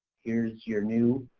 here's your new,